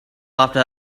after